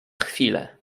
chwilę